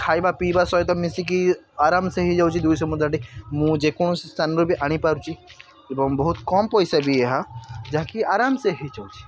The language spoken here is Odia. ଖାଇବା ପିଇବା ସହିତ ମିଶିକି ଆରାମସେ ହେଇଯାଉଛି ଦୁଇଶ ମୁଦ୍ରାଟେ ମୁଁ ଯେକୌଣସି ସ୍ଥାନରୁ ବି ଆଣି ପାରୁଛି ଏବଂ ବହୁତ କମ୍ ପଇସା ବି ଏହା ଯାହାକି ଆରାମସେ ହେଇଯାଉଛି